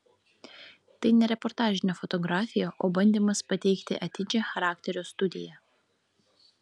tai ne reportažinė fotografija o bandymas pateikti atidžią charakterio studiją